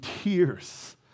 tears